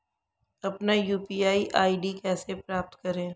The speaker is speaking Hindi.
अपना यू.पी.आई आई.डी कैसे प्राप्त करें?